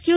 કયુ